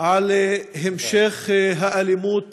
על המשך האלימות